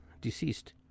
deceased